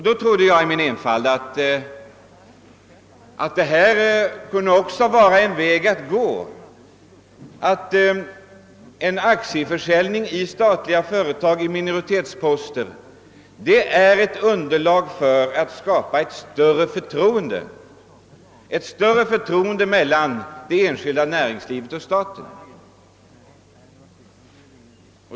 Då trodde jag i min enfald att detta också kunde vara en väg att gå och att en aktieförsäljning av minoritetsposter i statliga företag kunde ge underlag för att skapa större förtroende mellan det enskilda näringslivet och staten.